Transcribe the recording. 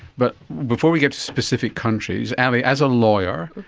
but before we get to specific countries, ali, as a lawyer,